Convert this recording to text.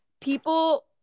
people